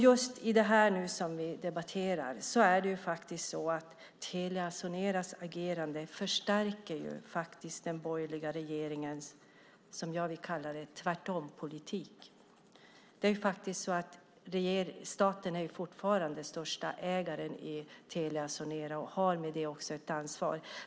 Just i detta som vi nu debatterar förstärker Telia Soneras agerande den borgerliga regeringens tvärtompolitik, som jag vill kalla den. Men staten är fortfarande den största ägaren i Telia Sonera och har med det också ett ansvar.